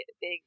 big